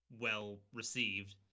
well-received